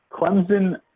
Clemson